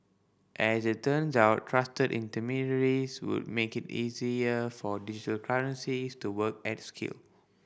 as it turns out trusted intermediaries would make it easier for digital currencies to work at scale